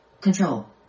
Control